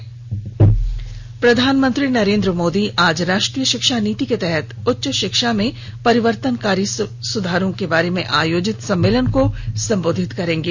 प्रधानमंत्री प्रधानमंत्री नरेन्द्र मोदी आज राष्ट्रीय शिक्षा नीति के तहत उच्च शिक्षा में परिवर्तनकारी सुधारों के बारे में आयोजित सम्मोलन को संबोधित करेंगे